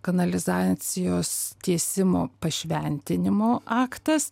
kanalizacijos tiesimo pašventinimo aktas